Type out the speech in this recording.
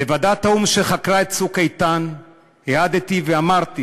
בוועדת האו"ם שחקרה את "צוק איתן" העדתי ואמרתי